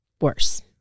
worse